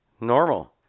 normal